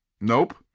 Nope